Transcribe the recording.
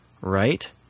Right